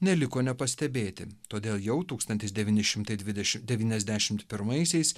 neliko nepastebėti todėl jau tūkstantis devyni šimtai dvidešimt devyniasdešimt pirmaisiais